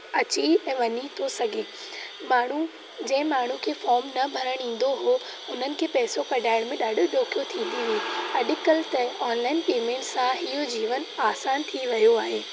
अची ऐं वञी थो सघे माण्हू जंहिं माण्हूअ खे फोर्म न भरणु ईंदो हो उन्हनि खे पैसो कढाइण में ॾाढी ॾोख थींदी हुई अॼु कल्ह त ऑनलाईन पेमेंट सां इहो जीवनु आसानु थी वियो आहे